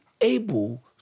able